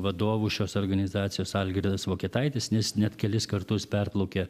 vadovų šios organizacijos algirdas vokietaitis jis net kelis kartus perplaukė